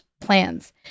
plans